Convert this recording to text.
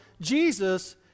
Jesus